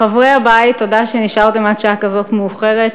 חברי הבית, תודה שנשארתם עד שעה כזאת מאוחרת.